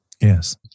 Yes